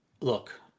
look